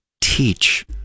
teach